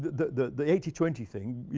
the the eighty twenty thing,